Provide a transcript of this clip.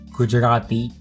gujarati